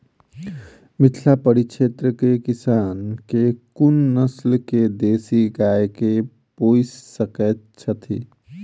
मिथिला परिक्षेत्रक किसान केँ कुन नस्ल केँ देसी गाय केँ पोइस सकैत छैथि?